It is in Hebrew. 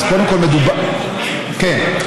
כן.